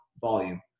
volume